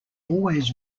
always